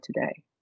today